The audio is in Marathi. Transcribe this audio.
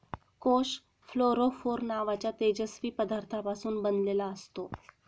कोष फ्लोरोफोर नावाच्या तेजस्वी पदार्थापासून बनलेला असतो